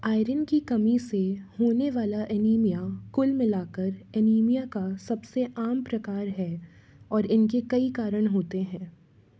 iron की कमी से होने वाला एनीमिया कुल मिलाकर एनीमिया का सबसे आम प्रकार है और इनके कई कारण होते हैं